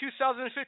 2015